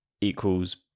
equals